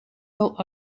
wel